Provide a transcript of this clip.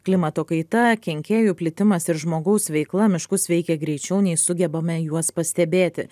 klimato kaita kenkėjų plitimas ir žmogaus veikla miškus veikia greičiau nei sugebame juos pastebėti